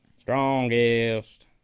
Strongest